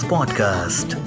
Podcast